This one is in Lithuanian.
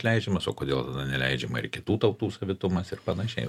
leidžiamas o kodėl neleidžiama ir kitų tautų savitumas ir panašiai